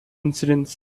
incidents